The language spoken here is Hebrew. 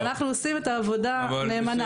בדיוק, אנחנו עושים את העבודה נאמנה.